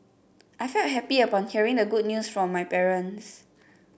I felt happy upon hearing the good news from my parents